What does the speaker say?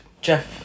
Jeff